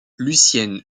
lucienne